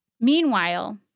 meanwhile